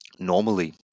normally